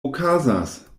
okazas